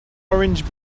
orange